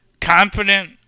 confident